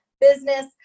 business